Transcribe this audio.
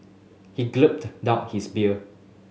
he gulped down his beer